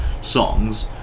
songs